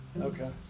Okay